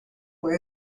fue